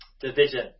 Division